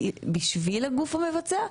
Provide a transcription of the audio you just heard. בשביל הגוף המבצע?